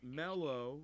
mellow